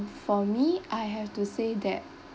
for me I have to say that